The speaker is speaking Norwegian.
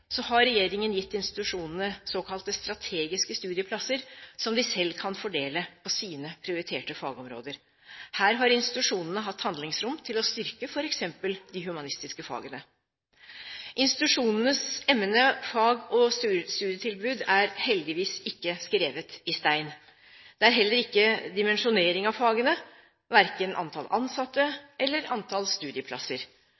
har regjeringen gitt institusjonene såkalte strategiske studieplasser som de selv kan fordele på sine prioriterte fagområder. Her har institusjonene hatt handlingsrom til å styrke f.eks. de humanistiske fagene. Institusjonenes emne-, fag- og studietilbud er heldigvis ikke skrevet i stein. Det er heller ikke dimensjoneringen av fagene – verken antall